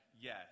yes